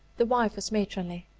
the wife was matronly,